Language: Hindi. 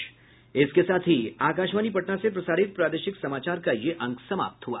इसके साथ ही आकाशवाणी पटना से प्रसारित प्रादेशिक समाचार का ये अंक समाप्त हुआ